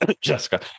Jessica